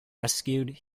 rescued